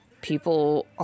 people